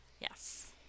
Yes